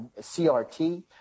CRT